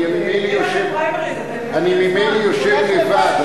אני ממילא יושב לבד,